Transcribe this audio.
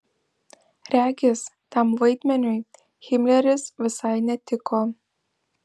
regis tam vaidmeniui himleris visai netiko